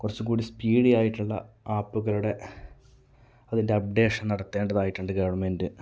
കുറച്ചുംകൂടി സ്പീഡി ആയിട്ടുള്ള ആപ്പുകളുടെ അതിന്റെ അപ്ഡേഷൻ നടത്തേണ്ടതായിട്ടുണ്ട് ഗവൺമെന്റ്